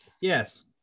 yes